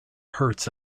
hurts